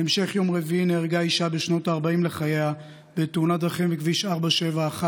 בהמשך יום רביעי נהרגה אישה בשנות ה-40 לחייה בתאונת דרכים בכביש 471,